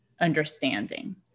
understanding